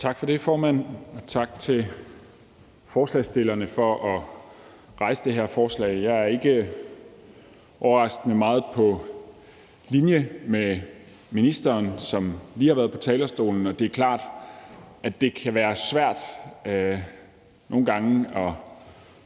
Tak for det, formand, og tak til forslagsstillerne for at fremsætte det her forslag. Jeg er ikke overraskende meget på linje med ministeren, som lige har været på talerstolen, og det er klart, at det kan være svært nogle gange at